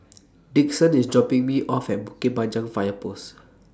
Dixon IS dropping Me off At Bukit Panjang Fire Post